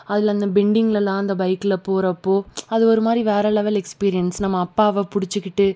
அதில் அந்த பெண்டிங்லலா அந்த பைகில் போகிறப்போ அது ஒரு மாதிரி வேறே லெவல் எக்ஸ்பீரியன்ஸ் நம்ம அப்பாவை பிடிச்சிக்கிட்டு